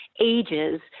ages